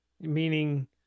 Meaning